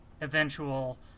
eventual